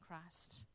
Christ